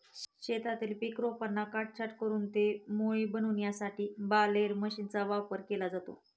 शेतातील पीक रोपांना काटछाट करून ते मोळी बनविण्यासाठी बालेर मशीनचा वापर केला जातो